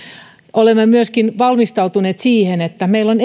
olemme myöskin valmistautuneet siihen että meillä on